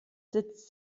sitzt